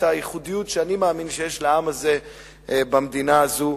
הייחודיות שאני מאמין שיש לעם הזה במדינה הזאת,